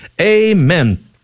Amen